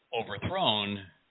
overthrown